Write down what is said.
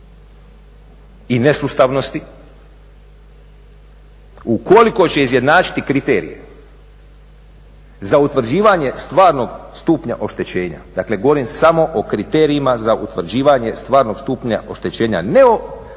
i nesustavnosti ukoliko će izjednačiti kriterije za utvrđivanje stvarnog stupnja oštećenja, dakle govorim samo o kriterijima za utvrđivanje stvarnog stupnja oštećenja ne o suportu,